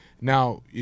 Now